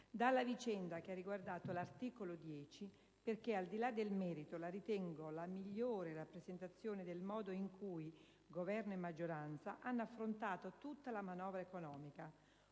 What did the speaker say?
dalla vicenda che ha riguardato l'articolo 10 perché, al di là del merito, la ritengo la migliore rappresentazione del modo in cui Governo e maggioranza hanno affrontato tutta la manovra economica: